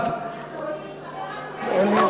אדוני,